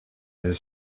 his